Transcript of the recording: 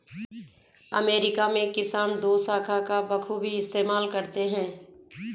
America में किसान दोशाखा का बखूबी इस्तेमाल करते हैं